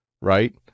right